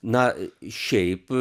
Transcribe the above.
na šiaip